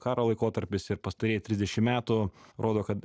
karo laikotarpis ir pastarieji trisdešim metų rodo kad